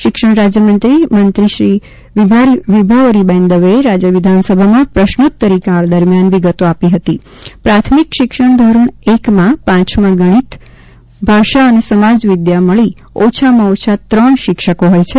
શિક્ષણ રાજ્યમંત્રી મંત્રી શ્રી વિભાવરબેન દવેએ રાજ્ય વિધાનસભામાં પ્રશ્નોત્તરીકાળ દરમિયાન વિગતો આપતાં જણાવ્યું હતું કે પ્રાથમિક શિક્ષણ ધોરણ એકમાં પાંચમાં ગણિત ભાષા અને સમાજવિદ્યા મળી ઓછામાં ઓછા ત્રણ શિક્ષકો હોય છે